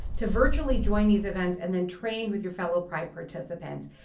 to virtually join these events and then train with your fellow pride participants.